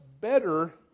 better